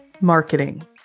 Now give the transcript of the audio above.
Marketing